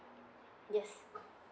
yes